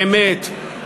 באמת,